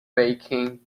baking